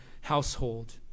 household